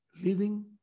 living